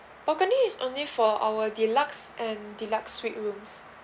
balconies only for our deluxe and deluxe suite rooms